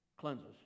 cleanses